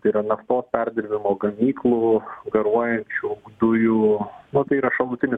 tai yra naftos perdirbimo gamyklų garuojančių dujų na tai yra šalutinis